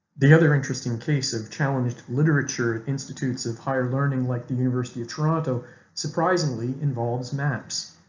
the other interesting case of challenged literature institutes of higher learning like the university of toronto surprisingly involves maps.